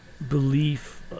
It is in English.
belief